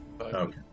Okay